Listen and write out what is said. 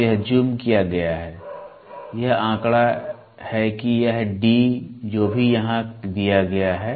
तो यह जूम किया गया है यह आंकड़ा है कि यह D जो भी यहां दिया गया है